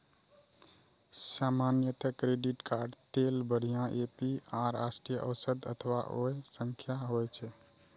सामान्यतः credit card लेल बढ़िया ए.पी.आर राष्ट्रीय औसत अथवा ओइ सं कम होइ छै